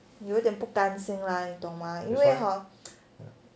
有点不甘心 lah 你懂吗因为 hor